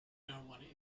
noone